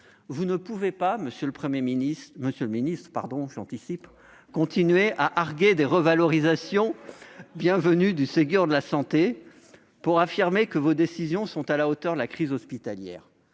Vous ne pouvez pas, monsieur le ministre, continuer à arguer des revalorisations- certes bienvenues -du Ségur de la santé pour affirmer que vos décisions sont à la hauteur de la crise hospitalière.